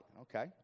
Okay